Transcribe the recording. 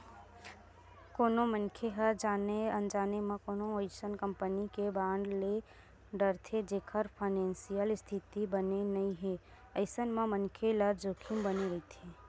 कोनो मनखे ह जाने अनजाने म कोनो अइसन कंपनी के बांड ले डरथे जेखर फानेसियल इस्थिति बने नइ हे अइसन म मनखे ल जोखिम बने रहिथे